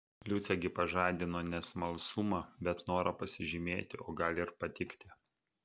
liucė gi pažadino ne smalsumą bet norą pasižymėti o gal ir patikti